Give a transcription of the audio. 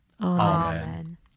Amen